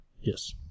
Yes